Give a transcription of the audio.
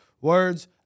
words